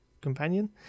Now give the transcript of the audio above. Companion